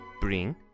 bring